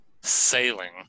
sailing